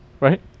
right